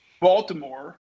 Baltimore